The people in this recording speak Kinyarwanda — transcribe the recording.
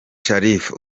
sharifa